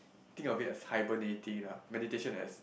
think of it as hibernating lah meditation as